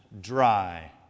dry